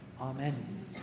Amen